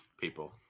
people